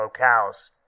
locales